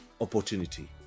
opportunity